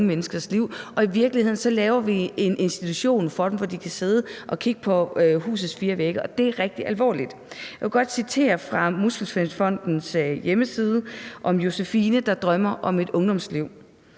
menneskers liv, og i virkeligheden laver vi en institution for dem, hvor de kan sidde og kigge ind i husets fire vægge, og det er rigtig alvorligt. Jeg vil godt citere et stykke fra Muskelsvindfondens hjemmeside om Josephine, der drømmer om et ungdomsliv: